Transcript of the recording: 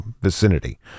vicinity